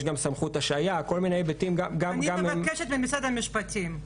יש גם סמכות השעיה וכל מיני היבטים גם --- אני מבקשת ממשרד המשפטים,